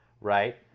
Right